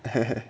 pair